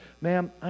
Ma'am